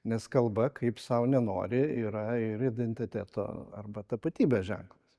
nes kalba kaip sau nenori yra ir identiteto arba tapatybės ženklas